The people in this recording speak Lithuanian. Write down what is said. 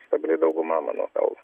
stabili dauguma mano galv